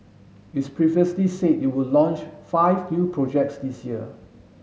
it's previously said it would launch five new projects this year